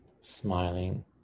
Smiling